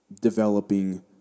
developing